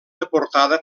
deportada